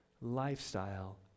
lifestyle